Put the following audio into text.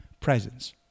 presence